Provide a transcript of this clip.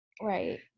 Right